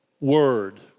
word